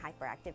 hyperactive